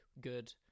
good